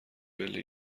پله